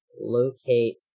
locate